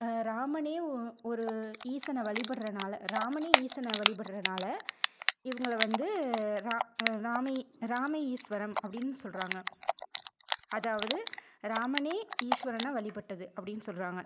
ராமனே ஓ ஒரு ஈசனை வழிபடுவதுனால ராமனே ஈசனை வழிபடுறனால் இவங்கள வந்து ரா ராமே ராமே ஈஸ்வரம் அப்படினு சொல்கிறாங்க அதாவது ராமனே ஈஸ்வரனை வழிபட்டது அப்படினு சொல்கிறாங்க